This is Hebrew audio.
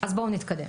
אז בואו נתקדם.